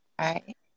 right